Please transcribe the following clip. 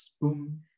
boom